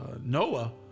Noah